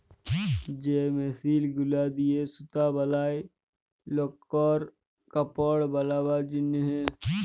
যে মেশিল গুলা দিয়ে সুতা বলায় লকর কাপড় বালাবার জনহে